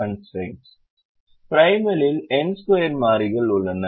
ப்ரிமலில் n2 மாறிகள் உள்ளன